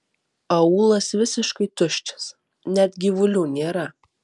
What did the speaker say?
aūlas visiškai tuščias net gyvulių nėra